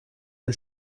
den